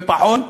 בפחון,